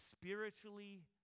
spiritually